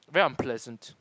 very unpleasant